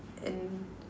and